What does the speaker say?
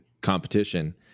competition